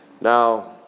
Now